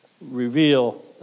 reveal